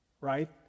right